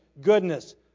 goodness